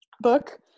book